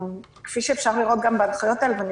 כפי שאפשר לראות גם בהחיות האלה ואני